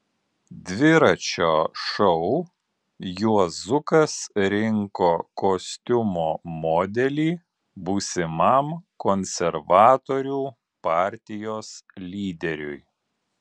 dviračio šou juozukas rinko kostiumo modelį būsimam konservatorių partijos lyderiui